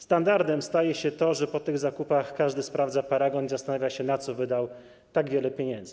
Standardem staje się to, że po takich zakupach każdy sprawdza paragon i zastanawia się, na co wydał tak dużo pieniędzy.